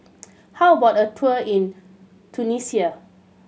how about a tour in Tunisia